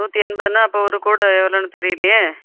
நூற்றி எண்பதுன்னால் அப்போ ஒரு கூடை எவ்வளோன்னு தெரியலையே